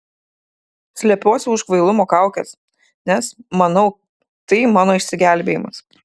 slepiuosi už kvailumo kaukės nes manau tai mano išsigelbėjimas